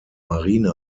marine